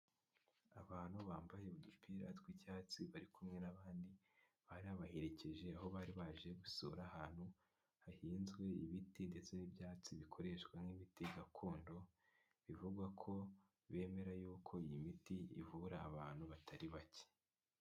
Abantu bambaye udupira tw'icyatsi bari kumwe n'abandi barabaherekeje aho bari baje gusura ahantu hahinzwe ibiti ndetse n'ibyatsi bikoreshwa nk'ibiti gakondo bivugwa ko bemera yuko iyi miti ivura abantu batari bake.